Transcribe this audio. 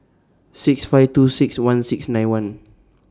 six five two six one six nine one